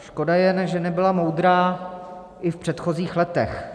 Škoda jen, že nebyla moudrá i v předchozích letech.